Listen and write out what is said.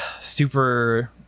super